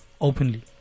openly